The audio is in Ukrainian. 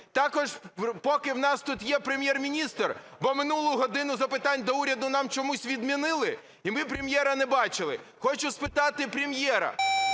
Також поки у нас тут є Прем'єр-міністр, бо минулу "годину запитань до Уряду" нам чомусь відмінили і ми Прем'єра не бачили. Хочу спитати Прем'єра.